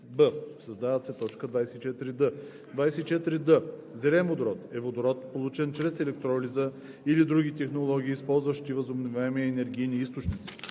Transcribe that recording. б) създава се т. 24д: „24д. „Зелен водород“ е водород, получен чрез електролиза или други технологии, използващи възобновяеми енергийни източници.